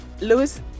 Lewis